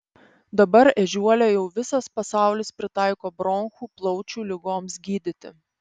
dabar ežiuolę jau visas pasaulis pritaiko bronchų plaučių ligoms gydyti